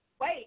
Wait